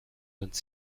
vingt